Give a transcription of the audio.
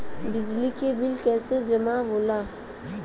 बिजली के बिल कैसे जमा होला?